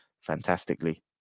fantastically